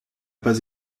pas